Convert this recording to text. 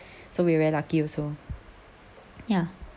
so we were very lucky also ya